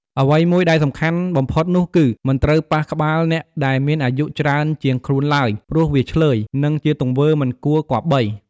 អ្វីមួយដែលសំខាន់បំផុតនោះគឺ មិនត្រូវប៉ះក្បាលអ្នកដែលមានអាយុច្រើនជាងខ្លួនឡើយ ព្រោះវាឈ្លើយ និងជាទង្វើមិនគួរគម្បី។